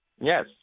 Yes